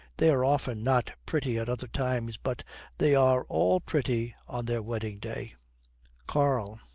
they are often not pretty at other times, but they are all pretty on their wedding day karl.